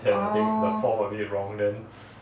orh